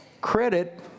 Credit